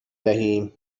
دهیم